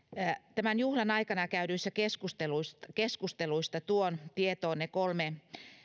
tämän juhlan aikana käydyistä keskusteluista keskusteluista tuon tietoonne kolme